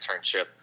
internship